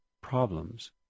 problems